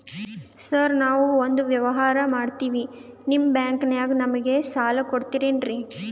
Sir ನಾವು ಒಂದು ವ್ಯವಹಾರ ಮಾಡಕ್ತಿವಿ ನಿಮ್ಮ ಬ್ಯಾಂಕನಾಗ ನಮಿಗೆ ಸಾಲ ಕೊಡ್ತಿರೇನ್ರಿ?